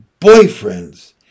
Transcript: boyfriends